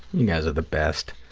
you guys are the best.